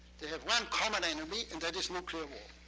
they have one common enemy and that is nuclear war.